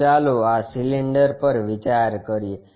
તો ચાલો આ સિલિન્ડર પર વિચાર કરીએ